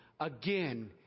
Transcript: Again